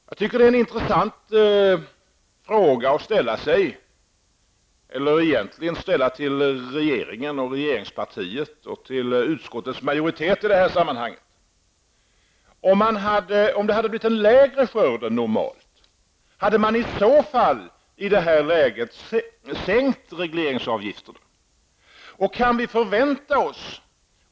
Jag tycker att en intressant fråga att ställa sig, eller egentligen att ställa till regeringspartiet och utskottsmajoriteten, i det här sammanhanget är: Om det hade blivit en mindre skörd än normalt, hade man i så fall i det läget sänkt regleringsavgifterna?